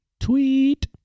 Tweet